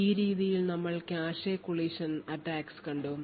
ഈ രീതിയിൽ ഞങ്ങൾ കാഷെ collision attacks കണ്ടു